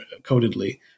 codedly